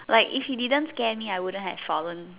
like if he didn't scare me I wouldn't have fallen